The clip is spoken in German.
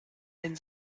den